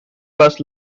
bus